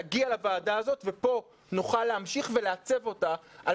תגיע לוועדה הזאת ופה נוכל להמשיך ולעצב אותה על